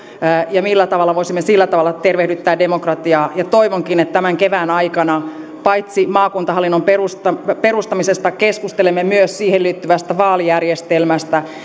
ja millä tavalla voisimme sillä tavalla tervehdyttää demokratiaa toivonkin että tämän kevään aikana keskustelemme paitsi maakuntahallinnon perustamisesta perustamisesta myös siihen liittyvästä vaalijärjestelmästä